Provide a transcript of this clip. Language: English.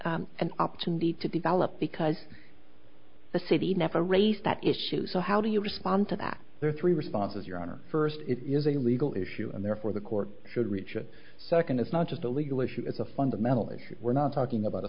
n an opportunity to develop because the city never raised that issue so how do you respond to that there are three responses your honor first it is a legal issue and therefore the court should reach a second it's not just a legal issue it's a fundamental issue we're not talking about a